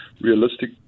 realistic